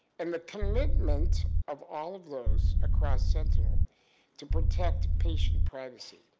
and the commitment of all of those across sentinel to protect patient privacy.